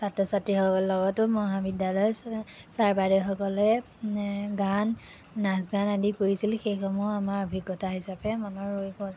ছাত্ৰ ছাত্ৰীসকলৰ লগতো মহাবিদ্যালয় ছাৰ বাইদেউসকলে এ গান নাচ গান আদি কৰিছিল সেইসমূহ আমাৰ অভিজ্ঞতা হিচাপে মনত ৰৈ গ'ল